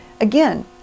again